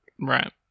Right